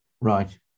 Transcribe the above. Right